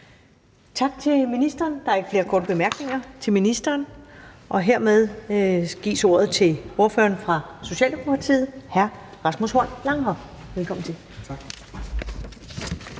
Tak til ministeren. Der er ikke flere korte bemærkninger til ministeren. Hermed gives ordet til ordføreren for Socialdemokratiet, hr. Rasmus Horn Langhoff. Velkommen til. Kl.